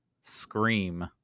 Scream